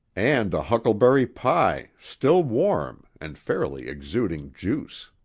and a huckleberry pie, still warm, and fairly exuding juice.